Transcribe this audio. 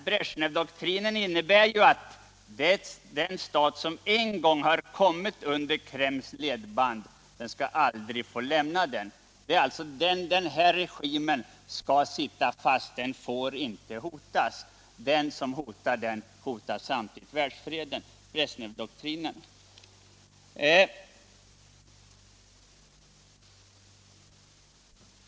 Bresjnevdoktrinen innebär att den stat som en gång har kommit under Kremlis ledband aldrig skall få lämna det. Regimen får inte hotas. Den som hotar regimen hotar världsfreden.